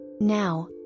Now